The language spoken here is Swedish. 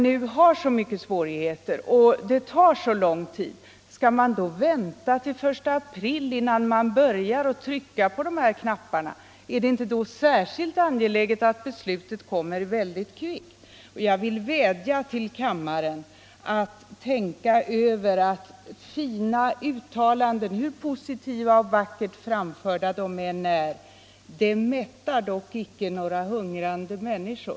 Om det nu är så stora svårigheter och tar så lång tid att klara dem, skall man då vänta till den 1 april innan man börjar trycka på knapparna? Är det då inte i stället särskilt angeläget att beslutet fattas kvickt? Jag vill vädja till kammaren att tänka på att fina uttalanden, hur positiva och vackert framförda de än är, inte mättar några hungrande människor.